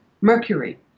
mercury